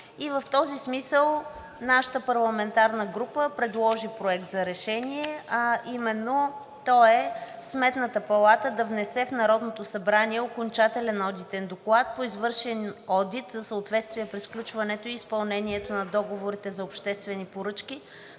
И в този смисъл нашата парламентарна група предложи Проект за решение, а именно той е: Сметната палата да внесе в Народното събрание окончателен одитен доклад по извършен одит за съответствие при сключването и изпълнението на договорите за обществени поръчки